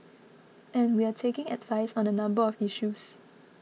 and we're taking advice on a number of issues